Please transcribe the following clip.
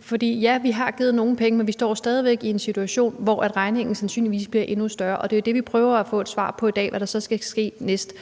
For ja, vi har givet nogle penge, men vi står stadig væk i en situation, hvor regningen sandsynligvis bliver endnu større, og det er jo det, vi prøver at få et svar på i dag, altså hvad der så skal ske som det